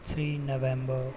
three November